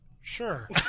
Sure